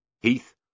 Heath